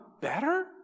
better